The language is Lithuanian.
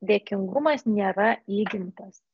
dėkingumas nėra įgimtas